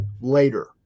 later